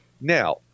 Now